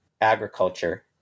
agriculture